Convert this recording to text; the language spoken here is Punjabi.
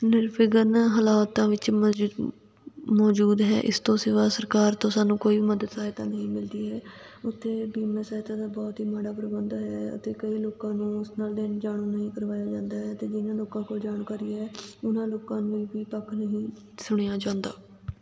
ਨਿਰਵਿਘਨ ਹਾਲਾਤਾਂ ਵਿਚ ਮੌਜੂ ਮੌਜੂਦ ਹੈ ਇਸ ਤੋਂ ਸਿਵਾ ਸਰਕਾਰ ਤੋਂ ਸਾਨੂੰ ਕੋਈ ਮਦਦ ਸਹਾਇਤਾ ਨਹੀਂ ਮਿਲਦੀ ਹੈ ਉੱਥੇ ਬੀਮਾ ਸਹਾਇਤਾ ਦਾ ਬਹੁਤ ਹੀ ਮਾੜਾ ਪ੍ਰਬੰਧ ਹੈ ਅਤੇ ਕਈ ਲੋਕਾਂ ਨੂੰ ਉਸ ਨਾਲ ਦੇਣ ਜਾਣੂ ਨਹੀਂ ਕਰਵਾਇਆ ਜਾਂਦਾ ਹੈ ਅਤੇ ਜਿਨਾਂ ਲੋਕਾਂ ਕੋਲ ਜਾਣਕਾਰੀ ਹੈ ਉਹਨਾਂ ਲੋਕਾਂ ਲਈ ਵੀ ਪੱਖ ਨਹੀਂ ਸੁਣਿਆ ਜਾਂਦਾ